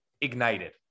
ignited